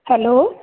hello